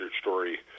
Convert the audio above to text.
story